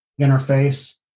interface